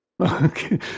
Okay